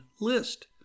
list